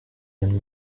ihren